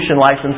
license